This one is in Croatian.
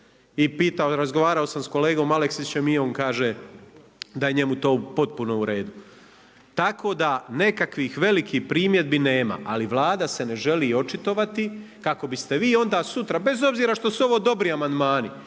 I razgovarao sam sa kolegom Aleksićem i on kaže da je njemu to potpuno u redu. Tako da, nekakvih velikih primjedbi nema, ali Vlada se ne želi očitovati kako bi ste vi onda sutra, bez obzira što su ovo dobri amandmani,